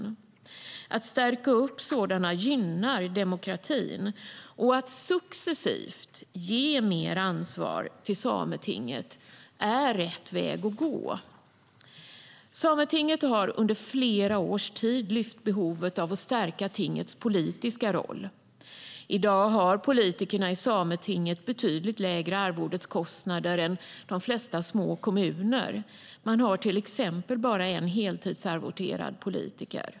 Att stärka sådana gynnar demokratin. Att succesivt ge mer ansvar till Sametinget är rätt väg att gå. Sametinget har under flera års tid lyft fram behovet av att stärka tingets politiska roll. I dag har politikerna i Sametinget betydligt lägre arvodeskostnader än de flesta små kommuner. Man har till exempel bara en heltidsarvoderad politiker.